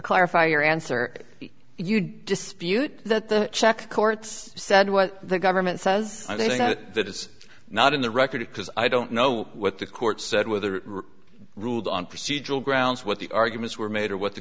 clarify your answer you dispute that the check courts said what the government says i think that is not in the record because i don't know what the court said whether ruled on procedural grounds what the arguments were made or what the